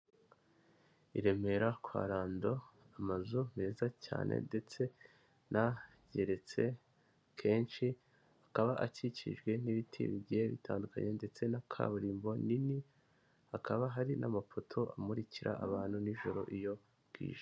I Remera kwa Rando amazu meza cyane ndetse n'ageretse kenshi akaba akikijwe n'ibiti bigiye bitandukanye ndetse na kaburimbo nini, hakaba hari n'amapoto amurikira abantu nijoro iyo bwije.